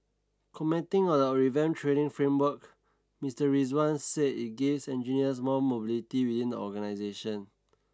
commenting on the revamped training framework Mister Rizwan said it gives engineers more mobility within the organisation